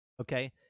okay